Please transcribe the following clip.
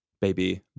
Baby